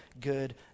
good